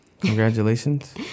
congratulations